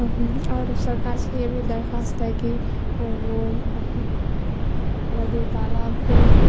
اور سرکار سے یہ بھی درخواست ہے کہ وہ ندی تالاب کو